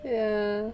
ya